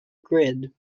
grid